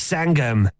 Sangam